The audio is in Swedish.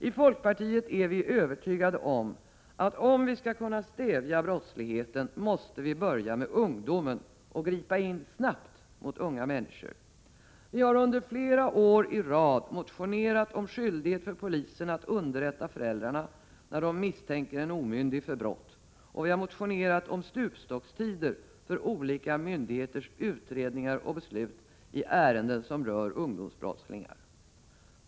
I folkpartiet är vi övertygade om att om vi skall kunna stävja brottsligheten måste vi börja med ungdomen och gripa in snabbt mot unga människor. Vi har under flera år i rad motionerat om skyldighet för polisen att underrätta föräldrarna när den misstänker en omyndig för brott. Vi har även motionerat om stupstockstider för olika myndigheters utredningar och beslut i ärenden som rör ungdomsbrottslingar.